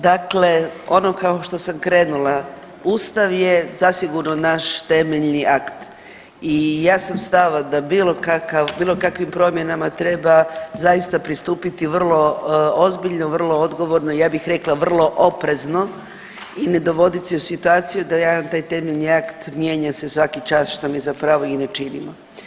Dakle, ono kao što sam krenula, Ustav je zasigurno naš temeljni akt i ja sam stava da bilo kakav, bilo kakvim promjenama treba zaista pristupiti vrlo ozbiljno i vrlo odgovorno, ja bih rekla, vrlo oprezno i ne dovodit se u situaciju da jedan taj temeljni akt mijenja se svaki čas, što mi zapravo i ne činimo.